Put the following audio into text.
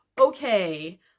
Okay